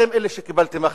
אתם אלה שקיבלתם החלטות.